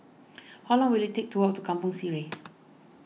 how long will it take to walk to Kampong Sireh